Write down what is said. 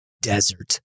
desert